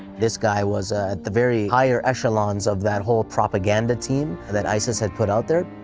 this guy was at the very higher echelons of that whole propaganda team that isis had put out there.